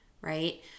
right